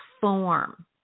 form